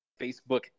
Facebook